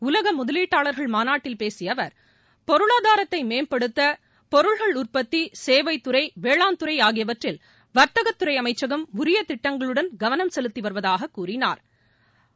உலக முதலீட்டாளர்கள் மாநாட்டில் பேசிய பொருளாதாரத்தை மேம்படுத்த பொருள்கள் உற்பத்தி சேவைத் துறை வேளாண் துறை அவர் ஆகியவற்றில் வாத்தகத்துறை அமைச்சகம் உரிய திட்டங்களுடன் கவனம் செலுத்தி வருவதாகக் கூறினாா்